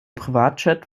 privatjet